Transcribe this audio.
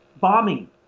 bombing